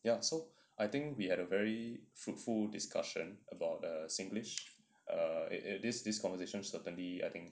ya so I think we had a very fruitful discussion about the singlish err this this conversation certainly I think